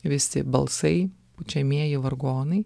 visi balsai pučiamieji vargonai